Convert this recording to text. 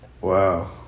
Wow